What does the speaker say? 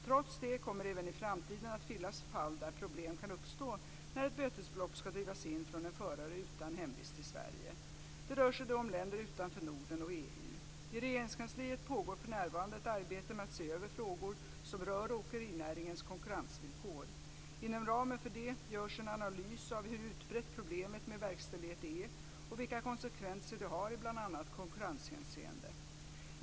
Trots detta kommer det även i framtiden att finnas fall där problem kan uppstå när ett bötesbelopp ska drivas in från en förare utan hemvist i Sverige. Det rör sig då om länder utanför Norden och EU. I Regeringskansliet pågår för närvarande ett arbete med att se över frågor som rör åkerinäringens konkurrensvillkor. Inom ramen för detta görs en analys av hur utbrett problemet med verkställighet är och vilka konsekvenser det har i bl.a. konkurrenshänseende.